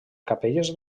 capelles